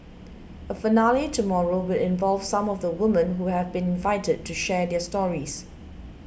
a finale tomorrow will involve some of the women who have been invited to share their stories